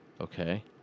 Okay